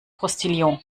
postillon